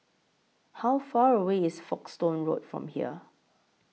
How Far away IS Folkestone Road from here